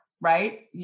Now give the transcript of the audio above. Right